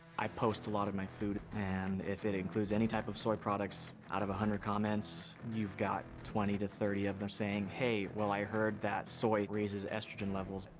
i post a lot of my food and if it includes any type of soy products, out of a hundred comments, you've got twenty to thirty of them saying, hey, well, i heard that soy raises estrogen levels.